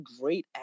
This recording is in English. great